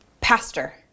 Pastor